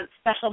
special